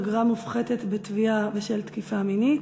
אגרה מופחתת בתביעה בשל תקיפה מינית).